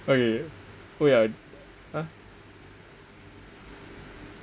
okay wait ah ah